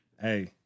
Hey